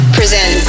present